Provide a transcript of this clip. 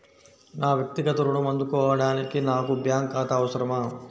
నా వక్తిగత ఋణం అందుకోడానికి నాకు బ్యాంక్ ఖాతా అవసరమా?